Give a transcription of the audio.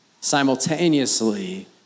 simultaneously